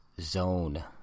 Zone